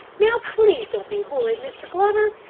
now, please don't be horrid, mr. glover,